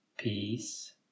Peace